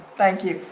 thank you.